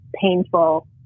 painful